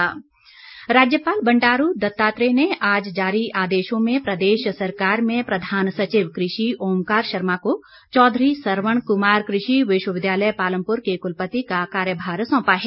कुलपति राज्यपाल बंडारू दत्तात्रेय ने आज जारी आदेशों में प्रदेश सरकार में प्रधान सचिव कृषि ओंकार शर्मा को चौधरी सरवण कुमार कृषि विश्वविद्यालय पालमपुर के कुलपति का कार्यभार सौंपा है